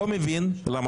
זה חידוד, אדוני היושב ראש.